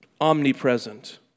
omnipresent